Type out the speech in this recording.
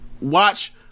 watch